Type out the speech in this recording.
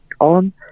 on